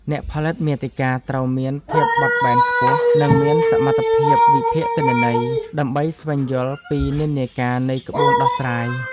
អ្នកផលិតមាតិកាត្រូវមានភាពបត់បែនខ្ពស់ និងមានសមត្ថភាពវិភាគទិន្នន័យ ដើម្បីស្វែងយល់ពីនិន្នាការនៃក្បួនដោះស្រាយ។